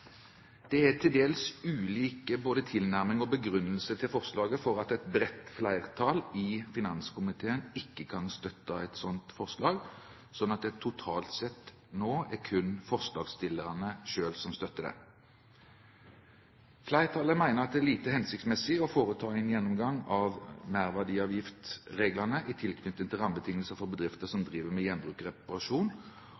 Det er til dels ulik både tilnærming til og begrunnelse for forslaget, slik at et bredt flertall i finanskomiteen ikke kan støtte et slikt forslag, så totalt sett er det nå kun forslagsstillerne selv som støtter det. Flertallet mener at det er lite hensiktsmessig å foreta en gjennomgang av merverdiavgiftsreglene i tilknytning til rammebetingelser for bedrifter som